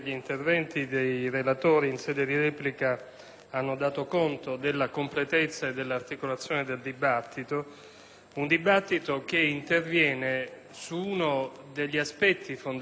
hanno dato conto della completezza e dell'articolazione del dibattito, che interviene su uno degli aspetti fondamentali del complesso pacchetto sicurezza,